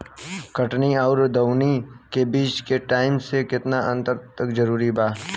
कटनी आउर दऊनी के बीच के टाइम मे केतना अंतर जरूरी बा?